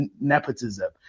nepotism